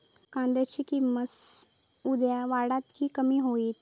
कांद्याची किंमत उद्या वाढात की कमी होईत?